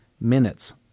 minutes